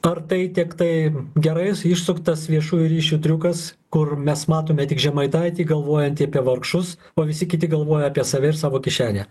ar tai tiktai gerai išsuktas viešųjų ryšių triukas kur mes matome tik žemaitaitį galvojantį apie vargšus o visi kiti galvoja apie save ir savo kišenę